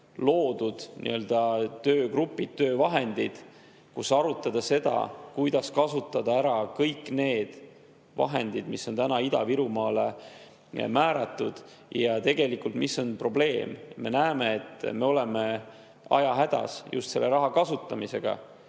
loodud töövahendid, töögrupid, kus arutada seda, kuidas kasutada ära kõik need vahendid, mis on Ida-Virumaale määratud. Ja tegelikult, mis on probleem? Me näeme, et me oleme ajahädas just selle raha kasutamisega,